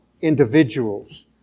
individuals